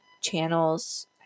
channels